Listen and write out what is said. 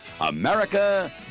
America